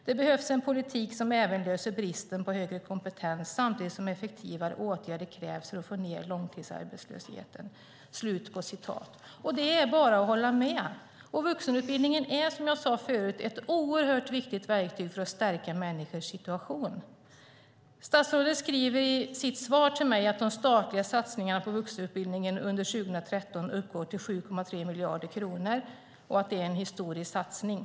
Det behövs en politik som även löser bristen på högre kompetens samtidigt som effektivare åtgärder krävs för att få ned långtidsarbetslösheten. Så långt Lena Hagman. Det är bara att hålla med. Vuxenutbildningen är, som jag sade tidigare, ett oerhört viktigt verktyg för att stärka människors situation. Statsrådet skriver i sitt svar till mig att de statliga satsningarna på vuxenutbildningen under 2013 uppgår till 7,3 miljarder kronor och att det är en historisk satsning.